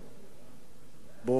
באופקים, בפריפריה,